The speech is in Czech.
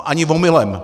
Ani omylem!